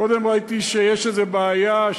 קודם ראיתי שיש איזה בעיה,